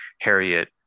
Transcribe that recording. Harriet